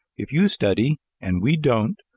if you study and we don't,